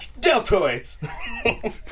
deltoids